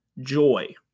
Joy